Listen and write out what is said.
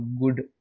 good